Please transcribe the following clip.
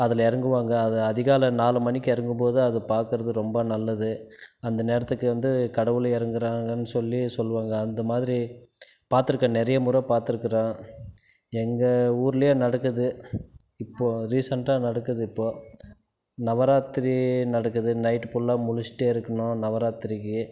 அதில் இறங்குவாங்க அதை அதிகாலை நாலு மணிக்கு இறங்கும்போதான் அது பார்க்கறது ரொம்ப நல்லது அந்த நேரத்துக்கு வந்து கடவுளே இறங்குறாங்கன் சொல்லி சொல்லுவாங்க அந்த மாதிரி பார்த்துருக்கேன் நிறைய முறை பார்த்துருக்கறேன் எங்கள் ஊர்லேயே நடக்குது இப்போது ரீசண்டாக நடக்குது இப்போது நவராத்திரி நடக்குது நைட்டு புல்லாக முழிச்சிட்டே இருக்கணும் நவராத்திரிக்கு